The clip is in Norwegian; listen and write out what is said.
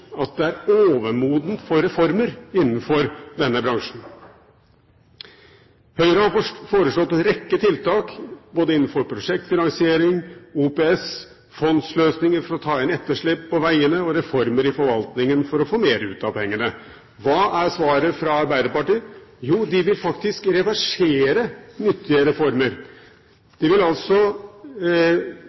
denne bransjen er overmoden for reformer. Høyre har foreslått en rekke tiltak innenfor prosjektfinansiering, OPS, fondsløsninger for å ta inn etterslep på vegene, og reformer i forvaltningen for å få mer ut av pengene. Hva er svaret fra Arbeiderpartiet? Jo, de vil faktisk reversere nyttige reformer. De vil altså